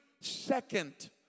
second